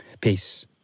Peace